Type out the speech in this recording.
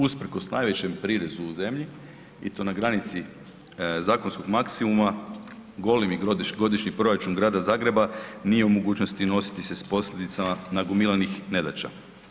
Usprkos najvećem prirezu u zemlji i to na granici zakonskog maksimuma, golemi godišnji proračun Grada Zagreba nije u mogućnosti nositi se s posljedicama nagomilanih nedaća.